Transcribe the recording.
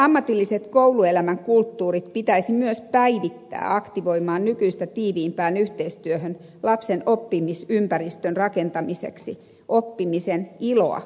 ammatilliset kouluelämän kulttuurit pitäisi myös päivittää aktivoimaan nykyistä tiiviimpään yhteistyöhön lapsen oppimisympäristön rakentamiseksi oppimisen iloa vahvistamaan